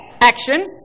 action